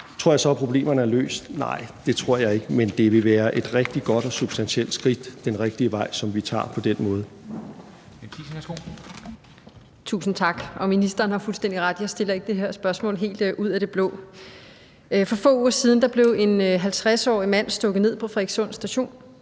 Tror jeg så, at problemerne er løst? Nej, det tror jeg ikke, men det vil være et rigtig godt og substantielt skridt den rigtige vej, som vi tager på den måde.